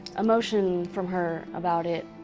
emotion from her about it,